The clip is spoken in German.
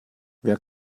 wer